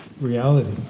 reality